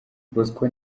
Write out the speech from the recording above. bosco